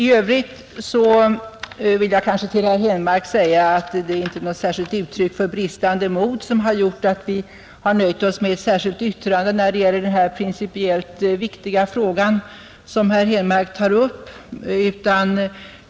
I övrigt vill jag säga till herr Henmark att det inte är något särskilt uttryck för bristande mod att vi har nöjt oss med ett särskilt yttrande när det gäller den här principiellt viktiga frågan som herr Henmark tar upp.